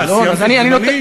אה, סיימתי את זמני?